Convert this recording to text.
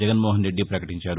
జగన్మోహన్రెడ్డి పకటించారు